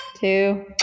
two